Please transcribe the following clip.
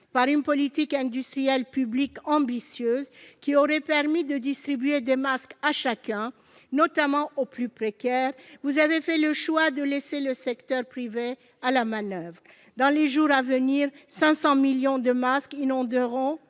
par une politique industrielle publique ambitieuse, qui aurait permis de distribuer des masques à chacun, notamment aux plus précaires, vous avez fait le choix de laisser le secteur privé à la manoeuvre. Dans les jours à venir, 500 millions de masques inonderont-